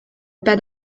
pas